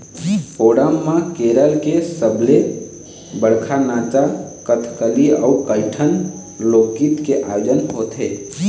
ओणम म केरल के सबले बड़का नाचा कथकली अउ कइठन लोकगीत के आयोजन होथे